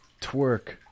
twerk